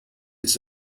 its